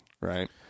right